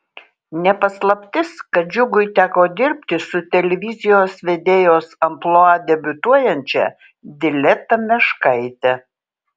ne paslaptis kad džiugui teko dirbti su televizijos vedėjos amplua debiutuojančia dileta meškaite